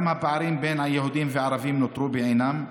גם הפערים בין היהודים לערבים נותרו בעינם: